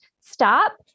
stop